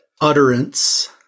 utterance